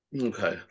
Okay